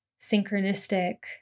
synchronistic